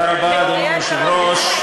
אדוני היושב-ראש,